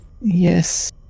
Yes